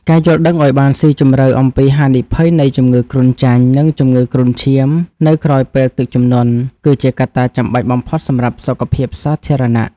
ការយល់ដឹងឱ្យបានស៊ីជម្រៅអំពីហានិភ័យនៃជំងឺគ្រុនចាញ់ និងជំងឺគ្រុនឈាមនៅក្រោយពេលទឹកជំនន់ គឺជាកត្តាចាំបាច់បំផុតសម្រាប់សុខភាពសាធារណៈ។